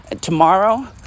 tomorrow